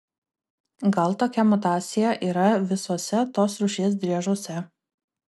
gal tokia mutacija yra visuose tos rūšies driežuose